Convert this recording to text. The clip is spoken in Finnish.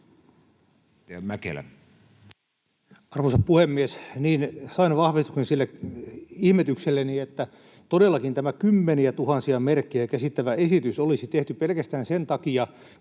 Arvoisa puhemies! Niin, sain vahvistuksen sille ihmetykselleni, että todellakin tämä kymmeniätuhansia merkkejä käsittävä esitys kaikkine perusteluineen olisi